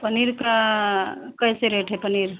पनीर का कैसे रेट है पनीर